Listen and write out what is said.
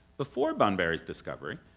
before bunbury's discovery,